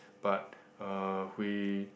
but uh we